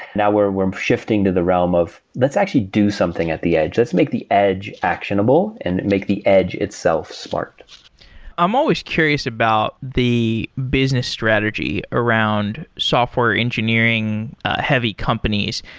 now we're we're shifting to the realm of let's actually do something at the edge. let's make the edge actionable and make the edge itself smart i'm always curious about the business strategy around software engineering heavy companies.